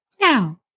Now